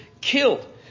killed